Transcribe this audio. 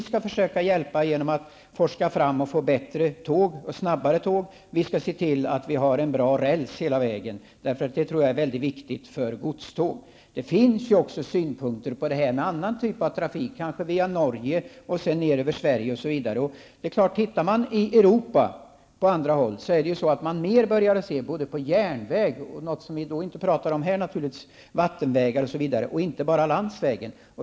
Vi skall försöka att hjälpa till genom att få fram bättre och snabbare tåg. Vi skall också se till att få en bra räls längs hela sträckan. Jag tror att det är mycket viktigt för godståg. Det finns också funderingar på annan typ av trafik, kanske från Norge, ner genom Sverige och sedan vidare. På andra håll i Europa börjar man mer och mer att rikta blicken mot järnvägar och även mot vattenvägar -- som vi inte har tagit upp här -- inte bara mot landsvägarna.